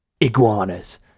iguanas